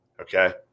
Okay